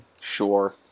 Sure